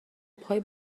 پای